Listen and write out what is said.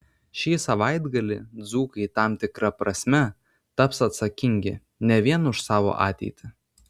šį savaitgalį dzūkai tam tikra prasme taps atsakingi ne vien už savo ateitį